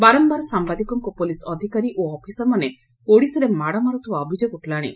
ବାରମ୍ଘାର ସାମ୍ଘାଦିକଙ୍ଙୁ ପୋଲିସ୍ ଅଧିକାରୀ ଓ ଅଫିସରମାନେ ଓଡ଼ିଶାରେ ମାଡ଼ ମାରୁଥିବା ଅଭିଯୋଗ ଉଠିଲାଶି